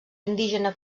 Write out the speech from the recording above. indígena